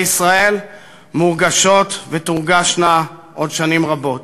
ישראל מורגשות ותורגשנה עוד שנים רבות.